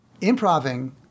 Improving